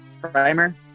Primer